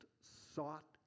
sought